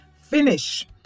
finish